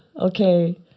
Okay